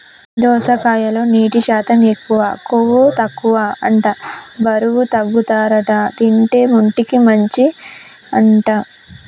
దోసకాయలో నీటి శాతం ఎక్కువ, కొవ్వు తక్కువ అంట బరువు తగ్గుతారట తింటే, ఒంటికి మంచి అంట